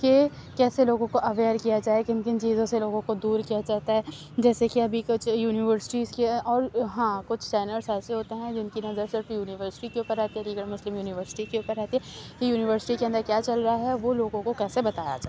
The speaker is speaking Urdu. کہ کیسے لوگوں کو اویئر کیا جائے کن کن چیزوں سے لوگوں کو دور کیا جاتا ہے جیسے کہ ابھی کچھ یونیورسٹیز کے اور ہاں کچھ چینلس ایسے ہوتے ہیں جن کی نظر صرف یونیورسٹی کے اوپر رہتی ہے علی گڑھ مسلم یونیورسٹی کے اوپر رہتی ہے کہ یونیورسٹی کے اندر کیا چل رہا ہے وہ لوگوں کو کیسے بتایا جائے